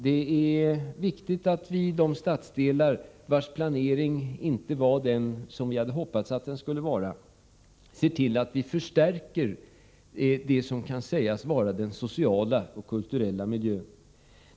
Det är viktigt att vi i de stadsdelar där planeringen inte är den vi hade hoppats att den skulle vara ser till att vi förstärker det som kan sägas vara den sociala och kulturella miljön.